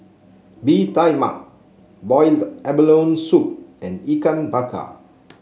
Bee Tai Mak Boiled Abalone Soup and Ikan Bakar